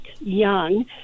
young